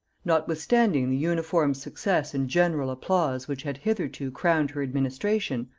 notwithstanding the uniform success and general applause which had hitherto crowned her administration,